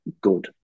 good